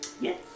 Yes